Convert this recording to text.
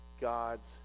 God's